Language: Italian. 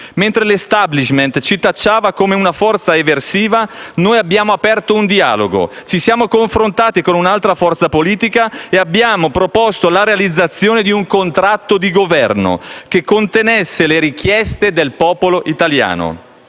Mentre l'*establishment* ci tacciava come una forza eversiva, noi abbiamo aperto un dialogo, ci siamo confrontati con un'altra forza politica e abbiamo proposto la realizzazione di un contratto di governo, che contenesse le richieste del popolo italiano.